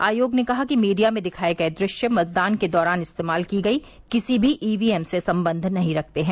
आयोग ने कहा कि मीडिया में दिखाए गए दृश्य मतदान के दौरान इस्तेमाल की गई किसी भी ई वी एम से संबंध नहीं रखते हैं